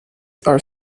are